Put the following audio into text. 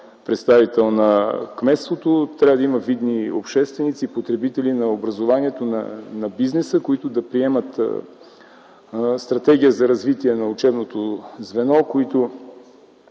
представител на кметството, трябва да има видни общественици, потребители на образованието, на бизнеса, които да приемат стратегия за развитие на учебното звено, които